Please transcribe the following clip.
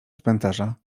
cmentarza